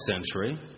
century